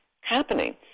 happening